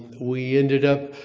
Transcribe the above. we ended up